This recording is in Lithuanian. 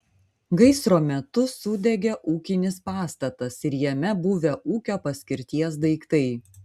gaisro metu sudegė ūkinis pastatas ir jame buvę ūkio paskirties daiktai